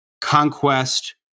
conquest